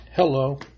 Hello